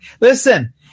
listen